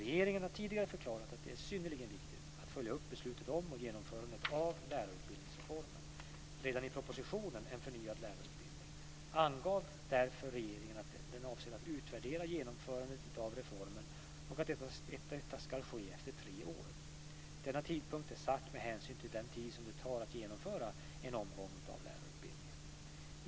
Regeringen har tidigare förklarat att det är synnerligen viktigt att följa upp beslutet om och genomförandet av lärarutbildningsreformen. Redan i propositionen En förnyad lärarutbildning angav därför regeringen att den avser att utvärdera genomförandet av reformen och att detta ska ske efter tre år. Denna tidpunkt är satt med hänsyn till den tid som det tar att genomföra en omgång av lärarutbildningen.